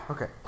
Okay